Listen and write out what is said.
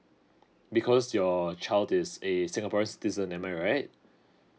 because your a child is a singaporean citizen am I right